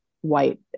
white